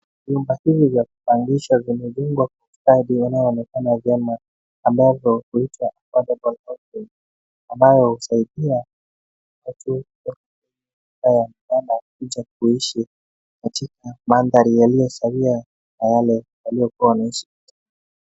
Nyumba hizi za kupangisha zenye vyumba vinavyoonekana vyema ambavyo huitwa Abigail Apartments ambayo husaidia watu wa kupanga kuja kuishi katika mandhari yaliyosawia kwa wale walokuwa wanaishi.